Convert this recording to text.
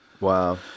Wow